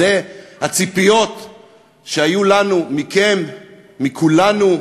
זה הציפיות שהיו לנו מכם, מכולנו?